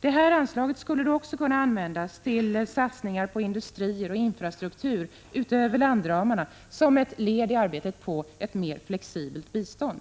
Det anslaget skulle då också kunna användas till satsningar utöver landramarna på industrier och infrastruktur som ett led i arbetet på ett mer flexibelt bistånd.